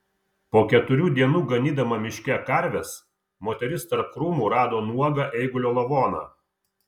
po keturių dienų ganydama miške karves moteris tarp krūmų rado nuogą eigulio lavoną